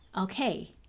Okay